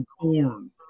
corn